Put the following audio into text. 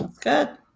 Good